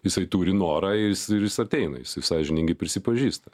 jisai turi norą ir jis ir jis ateina jisai sąžiningai prisipažįsta